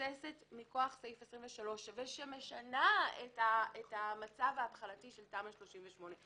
שמבוססת מכוח 23 ומשנה את המצב ההתחלתי של תמ"א 38,